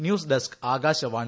news desk Akashvani